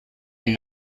and